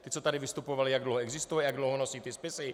Ti, co tady vystupovali, jak existuje, jak dlouho nosí ty spisy?